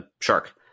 shark